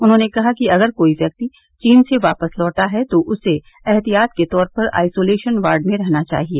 उन्होंने कहा कि अगर कोई व्यक्ति चीन से वापस लौटा है तो उसे एहतियात के तौर पर आईसोलेशन वार्ड में रहना चाहिए